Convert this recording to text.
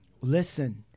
Listen